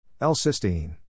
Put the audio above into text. L-cysteine